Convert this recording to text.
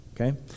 Okay